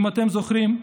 אם אתם זוכרים,